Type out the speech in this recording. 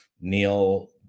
Neil